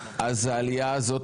אז העלייה הזאת,